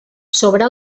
sobre